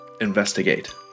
Investigate